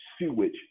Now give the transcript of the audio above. sewage